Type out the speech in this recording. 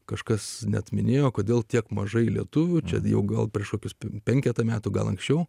kažkas net minėjo kodėl tiek mažai lietuvių čia jau gal prieš kokius penketą metų gal anksčiau